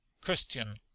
christian